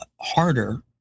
harder